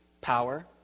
power